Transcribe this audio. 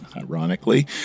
ironically